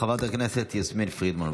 וחברת הכנסת יסמין פרידמן,